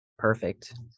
perfect